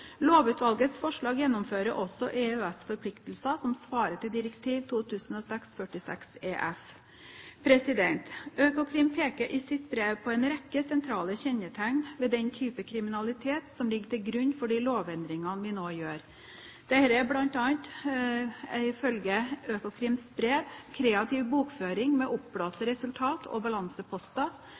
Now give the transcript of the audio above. Lovutvalgets forslag gjennomfører også EØS-forpliktelser som svarer til direktiv 2006/46/EF. Økokrim peker i sitt brev på en rekke sentrale kjennetegn ved den type kriminalitet som ligger til grunn for de lovendringene vi nå gjør. Dette er ifølge Økokrims brev bl.a.: kreativ bokføring med oppblåste resultat- og balanseposter